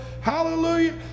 hallelujah